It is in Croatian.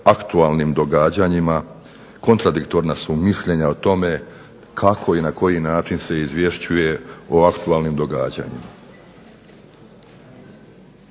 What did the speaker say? aktualnim događanjima kontradiktorna su mišljenja o tome kako i na koji način se izvješću o aktualnim događanjima.